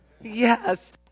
Yes